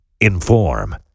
inform